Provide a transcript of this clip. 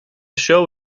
show